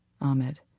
Ahmed